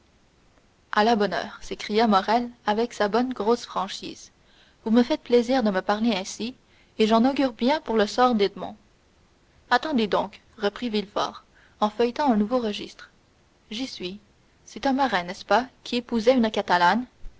à la bonne heure s'écria morrel avec sa bonne grosse franchise vous me faites plaisir de me parler ainsi et j'en augure bien pour le sort d'edmond attendez donc reprit villefort en feuilletant un nouveau registre j'y suis c'est un marin n'est-ce pas qui épousait une catalane